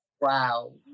wow